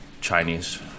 Chinese